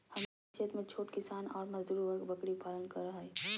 हमरा क्षेत्र में छोट किसान ऑर मजदूर वर्ग बकरी पालन कर हई